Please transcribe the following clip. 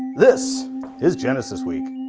this is genesis week!